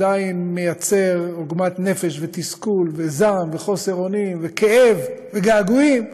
עדיין מייצר עוגמת נפש ותסכול וזעם וחוסר אונים וכאב וגעגועים.